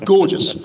Gorgeous